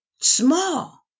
Small